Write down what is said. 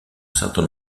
certain